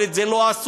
אבל את זה לא עשו.